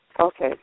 Okay